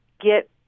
get